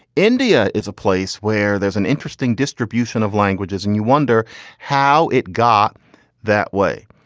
india is a place where there's an interesting distribution of languages and you wonder how it got that way.